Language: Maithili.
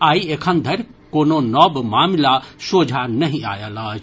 आइ एखनधरि कोनो नव मामिला सोझा नहि आयल अछि